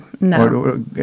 No